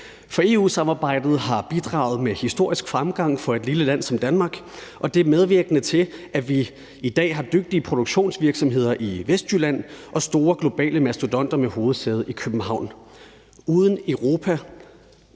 For EU-samarbejdet har bidraget med historisk fremgang for et lille land som Danmark, og det er medvirkende til, at vi i dag har dygtige produktionsvirksomheder i Vestjylland og store globale mastodonter med hovedsæde i København. Uden Europa